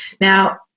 Now